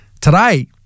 Today